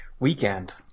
Weekend